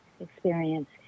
experience